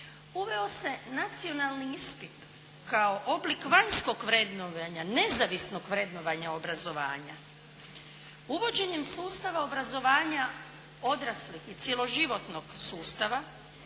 Uveo se nacionalni ispit kao oblik vanjskog vrednovanja, nezavisnog vrednovanja obrazovanja. Uvođenjem sustava obrazovanja odraslih i cijelo životnog sustava